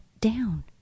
down